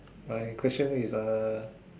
my question is uh